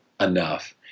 enough